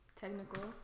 Technical